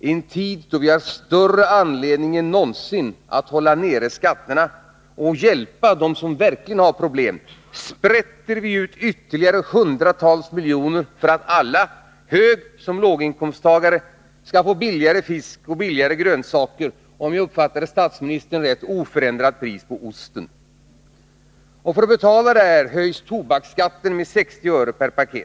I en tid när vi har större anledning än någonsin att hålla nere skatten och hjälpa dem som verkligen har problem, sprätter vi ut ytterligare hundratals miljoner för att alla — högsom låginkomsttagare — skall få billigare fisk och billigare grönsaker och, om jag uppfattade statsministern rätt, oförändrat pris på osten. För att betala detta höjer ni tobaksskatten med 60 öre per paket.